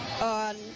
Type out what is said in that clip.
on